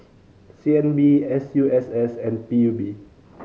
C N B S U S S and P U B